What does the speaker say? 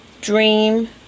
dream